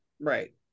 right